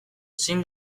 zein